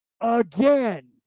Again